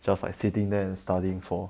just like sitting there and studying for